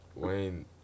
Wayne